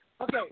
Okay